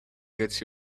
get